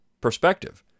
perspective